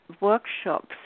workshops